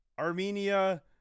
Armenia